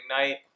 night